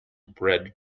bread